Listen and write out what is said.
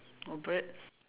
a bird